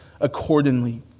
accordingly